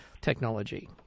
technology